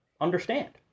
understand